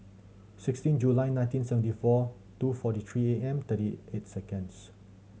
sixteen July nineteen seventy four two forty three A M thirty eight seconds